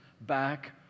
back